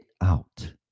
out